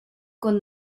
con